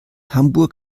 hamburg